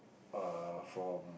err from